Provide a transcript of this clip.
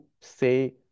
say